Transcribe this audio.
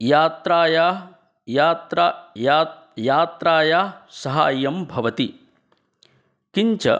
यात्रायाः यात्रा य यात्रायै साहाय्यं भवति किञ्च